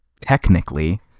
Technically